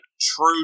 true